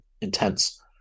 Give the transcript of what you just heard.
intense